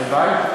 הלוואי.